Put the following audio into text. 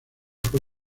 fue